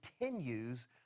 continues